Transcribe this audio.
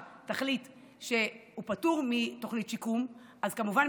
תחליט שהוא פטור מתוכנית שיקום אז כמובן,